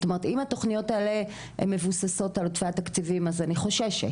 זאת אומרת אם התוכניות האלה מבוססות על עודפי התקציבים אז אני חוששת.